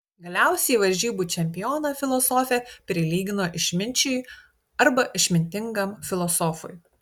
galiausiai varžybų čempioną filosofė prilygino išminčiui arba išmintingam filosofui